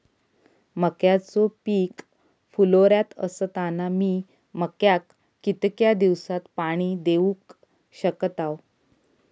मक्याचो पीक फुलोऱ्यात असताना मी मक्याक कितक्या दिवसात पाणी देऊक शकताव?